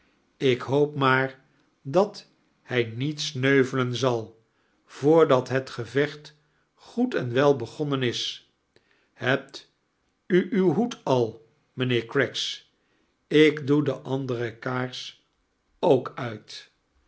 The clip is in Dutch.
ik hoop maar dat hij niet sineuvelen zal voordat het gevecht goed en wel begonnen is hebt u uw hoed al mijnheer craggs ik doe de andere kaars ook nit